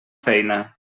feina